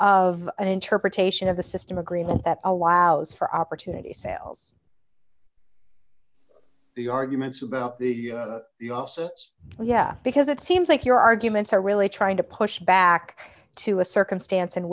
of an interpretation of a system agreement that allows for opportunity sales the arguments about the the offsets yeah because it seems like your arguments are really trying to push back to a circumstance in